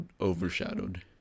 overshadowed